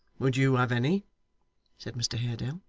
would you have any said mr haredale.